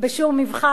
בשום מבחן.